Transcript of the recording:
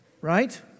Right